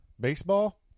baseball